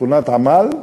שכונת גבעת-עמל.